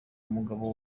umugabo